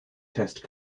test